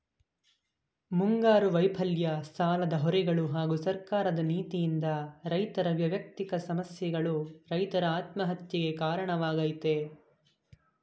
ಮುಂಗಾರು ವೈಫಲ್ಯ ಸಾಲದ ಹೊರೆಗಳು ಹಾಗೂ ಸರ್ಕಾರದ ನೀತಿಯಿಂದ ರೈತರ ವ್ಯಯಕ್ತಿಕ ಸಮಸ್ಯೆಗಳು ರೈತರ ಆತ್ಮಹತ್ಯೆಗೆ ಕಾರಣವಾಗಯ್ತೆ